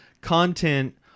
content